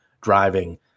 driving